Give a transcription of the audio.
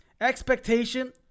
Expectation